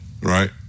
right